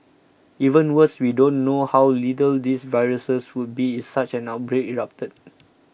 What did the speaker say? even worse we don't know how lethal these viruses would be if such an outbreak erupted